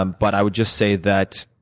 um but i would just say that